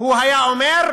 הוא היה אומר,